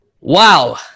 Wow